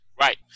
Right